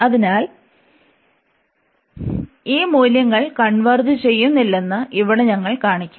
അതിനാൽ ഈ integral converge ചെയ്യുന്നില്ലെന്ന് ഇവിടെ ഞങ്ങൾ കാണിക്കും